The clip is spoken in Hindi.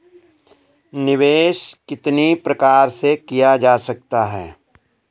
निवेश कितनी प्रकार से किया जा सकता है?